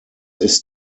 ist